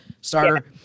starter